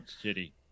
City